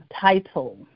title